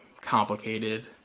complicated